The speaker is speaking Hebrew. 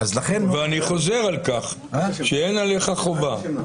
ואני חוזר על כך שאין עליך חובה.